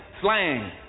slang